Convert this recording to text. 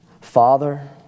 Father